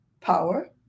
power